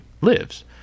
lives